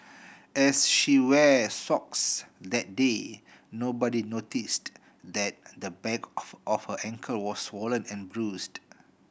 as she wear socks that day nobody noticed that the back of of her ankle was swollen and bruised